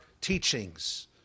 teachings